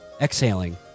Exhaling